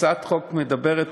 הצעת החוק מדברת